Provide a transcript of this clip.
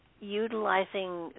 utilizing